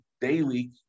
daily